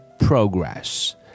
progress